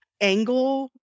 angle